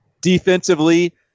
Defensively